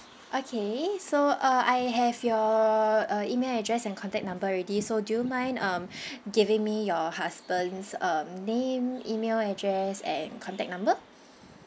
okay so uh I have your uh email address and contact number already so do you mind um giving me your husband's um name email address and contact number